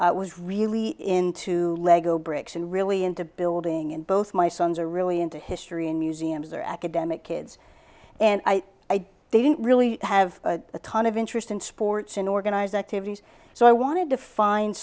was really into lego bricks and really into building and both my sons are really into history and museums are academic kids and i didn't really have a ton of interest in sports in organized activities so i wanted to find